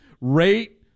rate